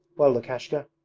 well, lukashka,